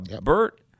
Bert